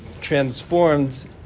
transformed